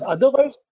Otherwise